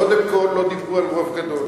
קודם כול, לא דיברו על רוב גדול.